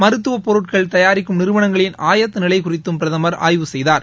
மருத்துவட் பொருட்கள் தயாரிக்கும் நிறுவனங்களின் ஆயத்த நிலை குறித்தும் பிரதம் ஆய்வு செய்தார்